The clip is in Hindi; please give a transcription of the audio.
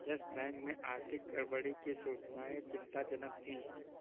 यस बैंक में आर्थिक गड़बड़ी की सूचनाएं चिंताजनक थी